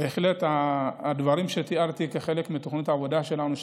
2020. תיארתי את הדברים שהם בהחלט חלק מתוכנית העבודה שלנו,